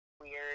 weird